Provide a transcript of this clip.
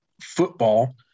football